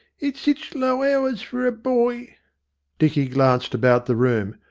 it's sich low hours for a boy dicky glanced about the room.